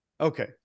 Okay